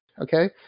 okay